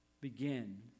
begin